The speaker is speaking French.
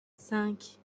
cinq